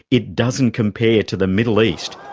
it doesn't compare to the middle east,